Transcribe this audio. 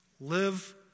Live